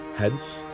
Hence